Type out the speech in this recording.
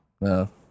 No